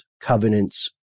covenants